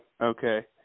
Okay